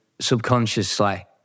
subconsciously